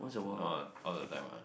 not all all the time ah